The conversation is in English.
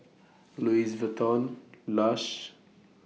Louis Vuitton Lush